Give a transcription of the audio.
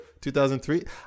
2003